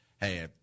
hey